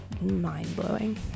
mind-blowing